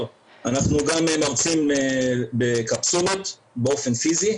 - אנחנו גם מרצים בקפסולות באופן פיזי,